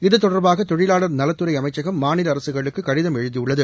இது தொடர்பாக தொழிலாளர் நலத்துறை அமைச்சகம் மாநில அரசுகளுக்கு கடிதம் எழுதியுள்ளது